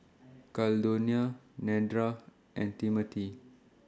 Caldonia Nedra and Timmothy